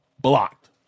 blocked